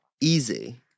easy